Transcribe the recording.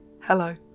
Hello